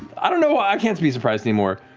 i don't know, i can't be surprised anymore,